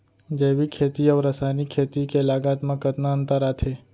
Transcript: जैविक खेती अऊ रसायनिक खेती के लागत मा कतना अंतर आथे?